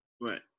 Right